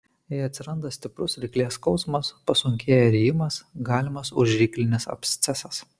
jei atsiranda stiprus ryklės skausmas pasunkėja rijimas galimas užryklinis abscesas